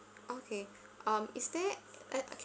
okay um is there uh can I